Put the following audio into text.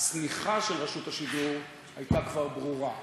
הצניחה של רשות השידור כבר הייתה ברורה.